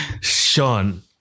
Sean